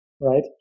right